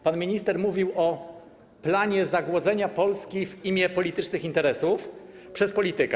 Pan minister mówił o planie zagłodzenia Polski w imię politycznych interesów przez polityka.